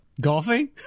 Golfing